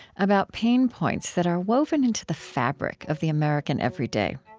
about pain points that are woven into the fabric of the american everyday.